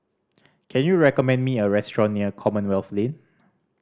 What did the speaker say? can you recommend me a restaurant near Commonwealth Lane